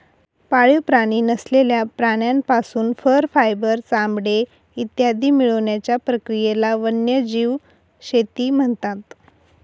पाळीव प्राणी नसलेल्या प्राण्यांपासून फर, फायबर, चामडे इत्यादी मिळवण्याच्या प्रक्रियेला वन्यजीव शेती म्हणतात